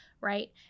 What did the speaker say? right